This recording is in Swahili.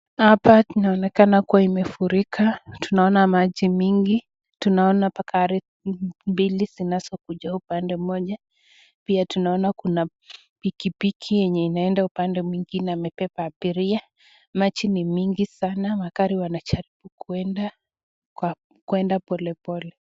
Hapa inaonekana kuwa imefurika, tunaona maji mingi, tunaona mpaka gari mbili zinazokuja pande moja pia tunaona pikipiki yenye inaenda upande mwingine imebeba abiria, maji ni mingi sana magari wanajaribu kuenda polepole.